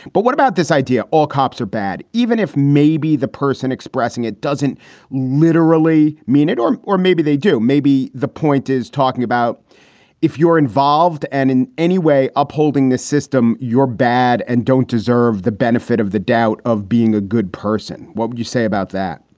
but what about this idea? all cops are bad, even if maybe the person expressing it doesn't literally mean it. or or maybe they do. maybe. the point is talking about if you are involved and in any way upholding the system your bad and don't deserve the benefit of the doubt of being a good person. what would you say about that?